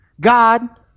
God